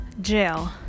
jail